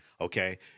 Okay